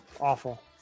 Awful